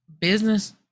business